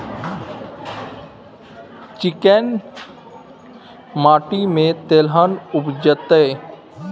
चिक्कैन माटी में तेलहन उपजतै?